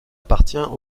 appartient